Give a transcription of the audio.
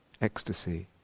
ecstasy